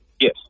yes